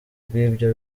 rw’ibyo